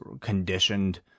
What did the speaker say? conditioned